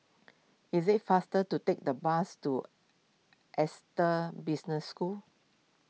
is it faster to take the bus to Business School